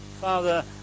Father